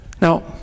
Now